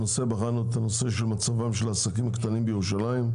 ובחרנו את הנושא: מצבם של העסקים הקטנים בירושלים,